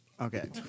Okay